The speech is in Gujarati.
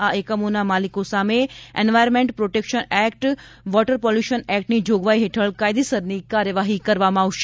આ એકમોના માલિકો સામે environment protection act water pollution એક્ટની જોગવાઇ હેઠળ કાયદેસરની કાર્યવાહી કરવામાં આવશે